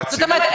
זאת אומרת,